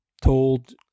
told